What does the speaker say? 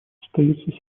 остаются